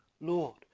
Lord